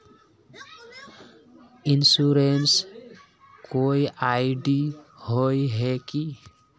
Insurance कोई ID होय है की?